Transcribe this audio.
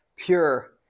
pure